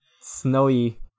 Snowy